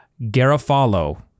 Garofalo